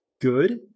good